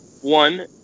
one